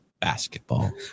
basketball